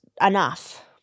enough